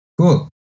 Cool